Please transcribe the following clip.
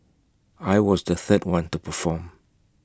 I was the third one to perform